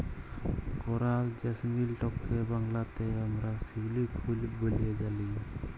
করাল জেসমিলটকে বাংলাতে আমরা শিউলি ফুল ব্যলে জানি